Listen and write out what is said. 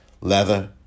Leather